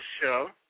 show